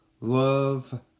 love